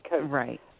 Right